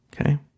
Okay